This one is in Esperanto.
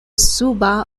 suba